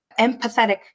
empathetic